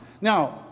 now